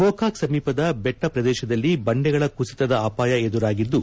ಗೋಕಾಕ್ ಸಮೀಪದ ಬೆಟ್ಟ ಪ್ರದೇಶದಲ್ಲಿ ಬಂಡೆಗಳ ಕುಸಿತದ ಅಪಾಯ ಎದುರಾಗಿದ್ದು